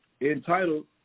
entitled